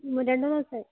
രണ്ടു മാസമായി